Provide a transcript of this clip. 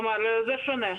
זה שונה.